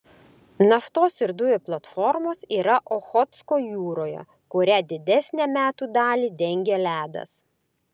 naftos ir dujų platformos yra ochotsko jūroje kurią didesnę metų dalį dengia ledas